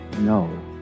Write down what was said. no